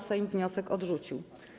Sejm wniosek odrzucił.